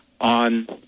on